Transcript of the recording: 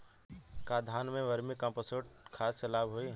का धान में वर्मी कंपोस्ट खाद से लाभ होई?